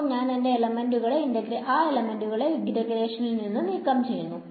അപ്പൊ ഞാൻ ആ എലമെന്റുകളെ ഇന്റഗ്രേഷനിൽ നിന്ന് നീക്കം ചെയ്യുന്നു